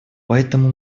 поэтому